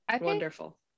Wonderful